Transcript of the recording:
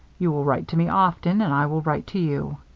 you will write to me often and i will write to you.